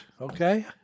okay